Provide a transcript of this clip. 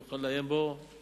תוכל לעיין בו.